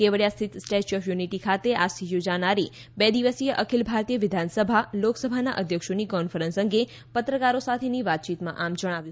કેવડીયા સ્થિત statue of unity ખાતે આજ થી યોજાનારી બે દિવસીય અખીલ ભારતીય વિધાનસભા લોકસભાના અધ્યક્ષોની કોન્ફરન્સ અંગે પત્રકારો સાથેની વાતયીતમાં આમ જણાવ્યું